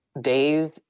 days